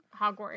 Hogwarts